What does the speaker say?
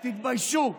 תתביישו.